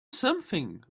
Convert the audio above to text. something